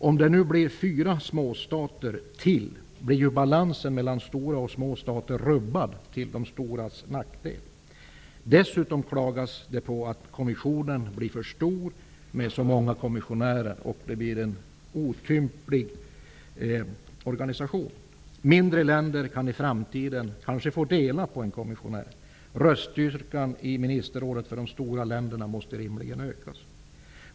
Om det nu blir fyra småstater till, blir balansen mellan stora och små stater rubbad till de storas nackdel. Dessutom klagas det på att kommissionen blir för stor med så många kommissionärer. Det blir en otymplig organisation. Mindre länder kan kanske i framtiden få dela på en kommissionär. Röststyrkan i ministerrådet måste rimligen ökas för de stora länderna.